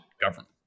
government